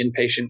inpatient